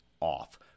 off